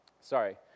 sorry